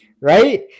right